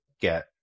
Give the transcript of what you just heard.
get